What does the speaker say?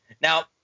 Now